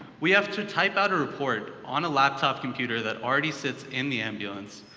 we have to type out a report on a laptop computer that already sits in the ambulance.